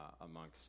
amongst